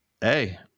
hey